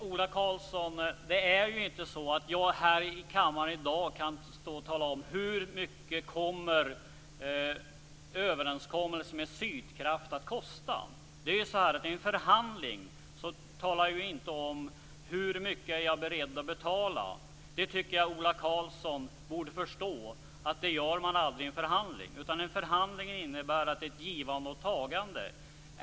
Fru talman! Det är inte så, Ola Karlsson, att jag här i dag kan tala om hur mycket överenskommelsen med Sydkraft kommer att kosta. I en förhandling talar jag inte om hur mycket jag är beredd att betala. Det tycker jag att Ola Karlsson borde förstå. Det gör man aldrig i en förhandling, utan en förhandling innebär ett givande och tagande.